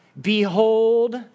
behold